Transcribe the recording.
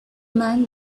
man